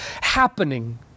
happening